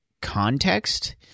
context